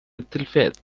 التلفاز